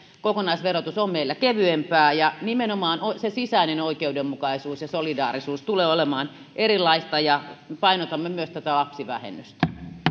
kokonaisverotus on meillä kevyempää ja nimenomaan se sisäinen oikeudenmukaisuus ja solidaarisuus tulee olemaan erilaista ja painotamme myös tätä lapsivähennystä